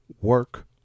work